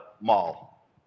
mall